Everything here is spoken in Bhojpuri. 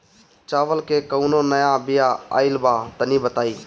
चावल के कउनो नया बिया आइल बा तनि बताइ?